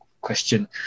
question